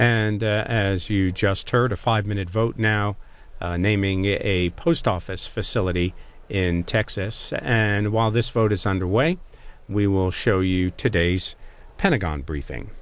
and as you just heard a five minute vote now naming a post office facility in texas and while this vote is underway we will show you today's pentagon briefing